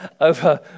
over